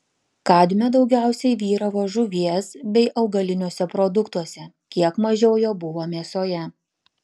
kadmio daugiausiai vyravo žuvies bei augaliniuose produktuose kiek mažiau jo buvo mėsoje